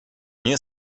nie